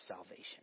salvation